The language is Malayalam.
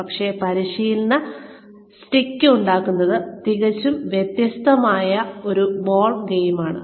പക്ഷേ പരിശീലന സ്റ്റിക് ഉണ്ടാക്കുന്നത് തികച്ചും വ്യത്യസ്തമായ ഒരു ബോൾ ഗെയിമാണ് ball game